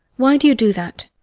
why do you do that?